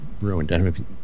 ruined